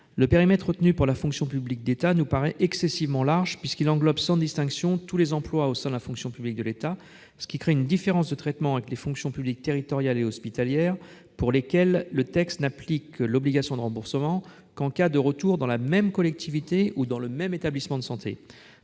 en cas de retour. Ce périmètre nous paraît excessivement large, puisqu'il englobe sans distinction tous les emplois au sein de la fonction publique de l'État, ce qui crée une différence de traitement avec les fonctions publiques territoriale et hospitalière pour lesquelles le texte n'applique l'obligation de remboursement qu'en cas de retour dans la même collectivité ou dans le même établissement de santé.